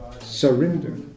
Surrender